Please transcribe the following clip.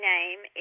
name